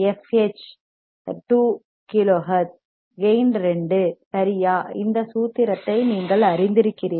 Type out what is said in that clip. எச்fH 2 kilo hertz கேயின் 2 சரியா இந்த சூத்திரத்தை நீங்கள் அறிந்திருக்கிறீர்களா